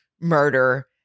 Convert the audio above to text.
murder